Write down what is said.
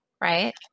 right